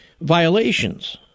violations